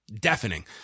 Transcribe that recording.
deafening